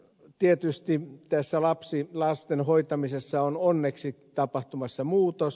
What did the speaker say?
tietysti tässä lasten hoitamisessa on onneksi tapahtumassa muutos